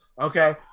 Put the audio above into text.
Okay